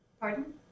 Pardon